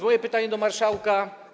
Moje pytanie do marszałka.